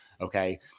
okay